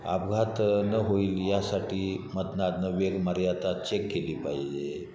अपघात न होईल यासाठी वेगमर्यादा आता चेक केली पाहिजे